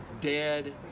dead